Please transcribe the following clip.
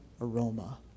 aroma